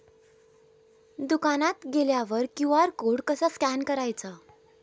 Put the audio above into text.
दुकानात गेल्यावर QR code कसा स्कॅन करायचा?